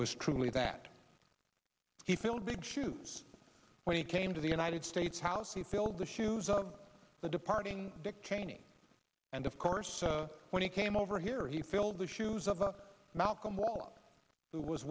was truly that he filled big shoes when he came to the united states house he filled the shoes of the departing dick cheney and of course when he came over here he filled the shoes of the malcolm wall w